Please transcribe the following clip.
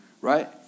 right